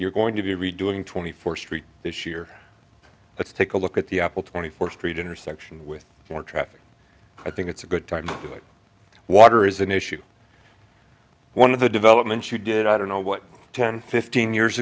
you're going to be redoing twenty four st this year let's take a look at the apple twenty four st intersection with more traffic i think it's a good time to get water is an issue one of the developments you did i don't know what ten fifteen years